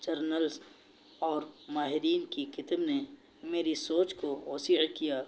journals اور ماہرین کی کتب نے میری سوچ کو وسیع کیا